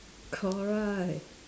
correct